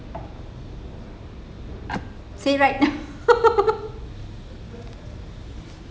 say right